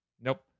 Nope